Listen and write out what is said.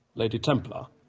lady templar,